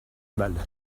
mâle